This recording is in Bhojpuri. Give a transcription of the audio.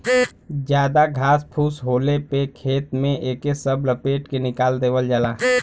जादा घास फूस होले पे खेत में एके सब लपेट के निकाल देवल जाला